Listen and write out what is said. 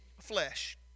flesh